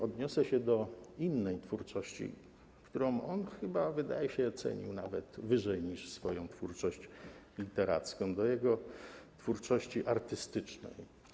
Odniosę się do innej twórczości, którą on chyba, wydaje się, cenił nawet wyżej niż swoją twórczość literacką - do jego twórczości artystycznej.